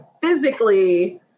physically